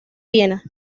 viena